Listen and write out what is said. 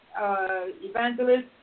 Evangelist